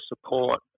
support